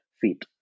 feet